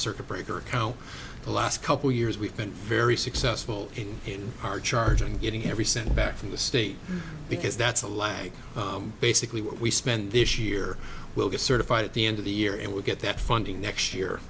circuit breaker account the last couple years we've been very successful in our charge and getting every cent back from the state because that's a lag basically what we spend this year we'll get certified at the end of the year and we get that funding next year